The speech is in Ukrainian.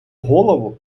голову